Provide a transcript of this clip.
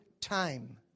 time